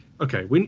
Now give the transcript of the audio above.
Okay